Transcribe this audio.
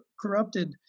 corrupted